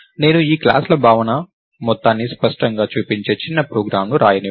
నేను ఈ క్లాస్ ల భావన మొత్తాన్ని స్పష్టంగా చూపించే చిన్న ప్రోగ్రామ్ను వ్రాయనివ్వండి